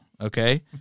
okay